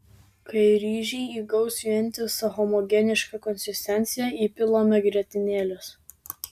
kai ryžiai įgaus vientisą homogenišką konsistenciją įpilame grietinėlės